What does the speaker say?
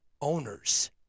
owners